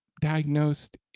diagnosed